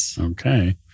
Okay